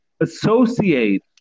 Associate